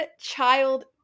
child